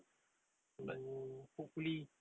but